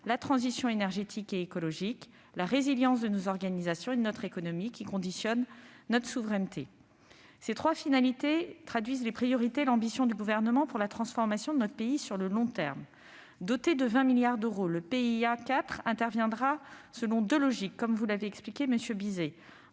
la transition énergétique et écologique et la résilience de nos organisations et de notre économie, qui conditionne notre souveraineté. Ces trois finalités traduisent les priorités et l'ambition du Gouvernement pour la transformation de notre pays sur le long terme. Doté de 20 milliards d'euros, le PIA 4 sera mis en oeuvre, comme l'a expliqué M. Bizet,